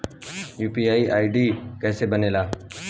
UPI ID कैसे बनेला?